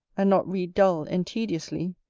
and not read dull and tediously,